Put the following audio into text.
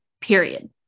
Period